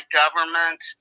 government